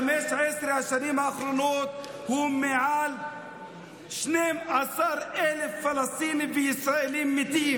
בשבועיים האחרונים המחיר של נקמה חסרת מעצורים הוא 1,873 ילדים מתים